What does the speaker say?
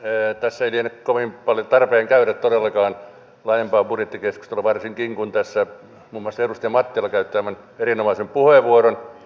tässä ei liene kovin paljon tarpeen todellakaan käydä laajempaa budjettikeskustelua varsinkin kun tässä muun muassa edustaja mattila käytti aivan erinomaisen puheenvuoron